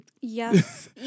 Yes